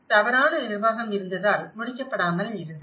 தவறான நிர்வாகம் இருந்ததால் முடிக்கப்படாமல் இருந்தது